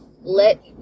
let